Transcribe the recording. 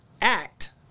act